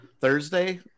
thursday